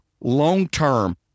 long-term